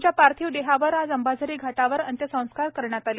त्यांच्या पार्थिव देहावर आज अंबाझरी घाटावर अंत्यसंस्कार पार पडले